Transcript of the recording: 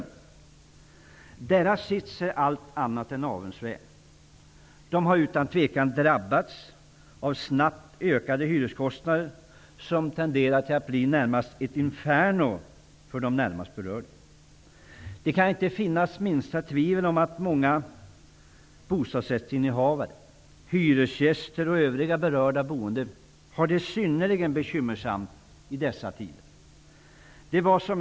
De här människornas sits är allt annat än avundsvärd. De har utan tvekan drabbats av snabbt ökade hyreskostnader som tenderar att bli nästan ett inferno för de närmast berörda. Det kan inte finnas minsta tvivel om att många bostadsrättsinnehavare, hyresgäster och övriga berörda boende har det synnerligen bekymmersamt i dessa tider.